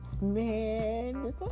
man